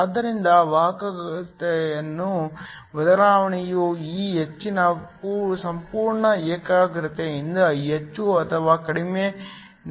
ಆದ್ದರಿಂದ ವಾಹಕತೆಯ ಬದಲಾವಣೆಯು ಈ ಹೆಚ್ಚಿನ ಸಂಪೂರ್ಣ ಏಕಾಗ್ರತೆಯಿಂದ ಹೆಚ್ಚು ಅಥವಾ ಕಡಿಮೆ ನಡೆಸಲ್ಪಡುತ್ತದೆ